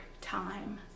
time